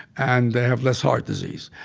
and they have less heart disease.